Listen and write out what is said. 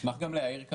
אולי תני מכירה 300